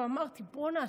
ואמרתי: בוא'נה,